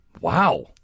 Wow